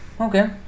okay